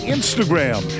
Instagram